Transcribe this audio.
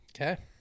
Okay